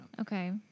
Okay